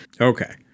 Okay